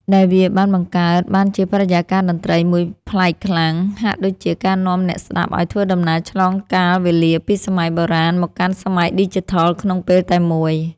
ដែលវាបានបង្កើតបានជាបរិយាកាសតន្ត្រីមួយប្លែកខ្លាំង ហាក់ដូចជាការនាំអ្នកស្តាប់ឱ្យធ្វើដំណើរឆ្លងកាលវេលាពីសម័យបុរាណមកកាន់សម័យឌីជីថលក្នុងពេលតែមួយ។